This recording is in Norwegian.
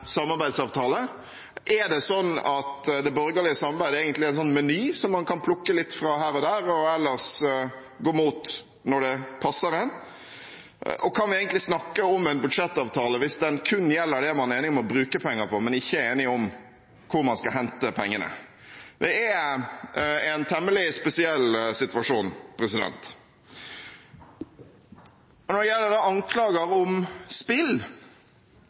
det sånn at det borgerlige samarbeidet egentlig er en meny som man kan plukke litt fra her og der, og ellers gå mot når det passer en? Kan vi egentlig snakke om en budsjettavtale hvis den kun gjelder det man er enige om å bruke penger på, men ikke er enige om hvor man skal hente pengene? Det er en temmelig spesiell situasjon. Når det gjelder anklager om spill